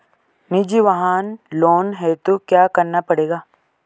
निजी वाहन लोन हेतु क्या करना पड़ेगा?